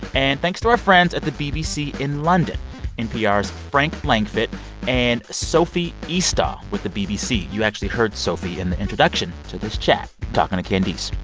and thanks to our friends at the bbc in london npr's frank langfitt and sophie eastaugh with the bbc. you actually heard sophie in the introduction to this chat talking to candice